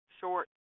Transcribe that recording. short